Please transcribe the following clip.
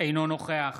אינו נוכח